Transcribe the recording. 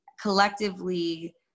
collectively